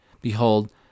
Behold